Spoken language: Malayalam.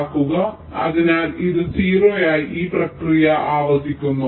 ആക്കുക അതിനാൽ ഇത് 0 ആയി ഈ പ്രക്രിയ ആവർത്തിക്കുക